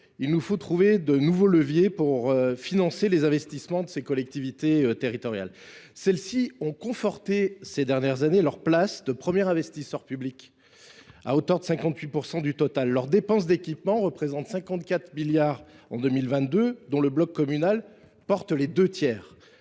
il nous faut trouver de nouveaux leviers pour financer les investissements des collectivités. Celles ci ont conforté, ces dernières années, leur place de premier investisseur public, à hauteur de 58 % du total. Leurs dépenses d’équipement représentaient 54 milliards en 2022, le bloc communal en portant les deux tiers.